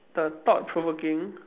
the thought provoking